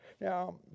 Now